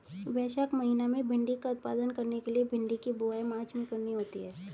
वैशाख महीना में भिण्डी का उत्पादन करने के लिए भिंडी की बुवाई मार्च में करनी होती है